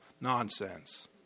Nonsense